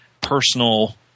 personal –